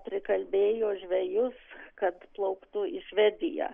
prikalbėjo žvejus kad plauktų į švediją